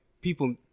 people